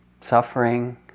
suffering